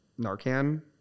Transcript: Narcan